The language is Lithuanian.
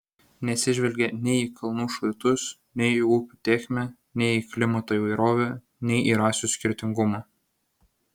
neatsižvelgė nei į kalnų šlaitus nei į upių tėkmę nei į klimato įvairovę nei į rasių skirtingumą